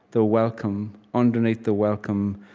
the welcome underneath the welcome,